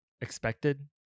expected